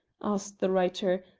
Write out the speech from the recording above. asked the writer,